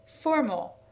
formal